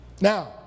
Now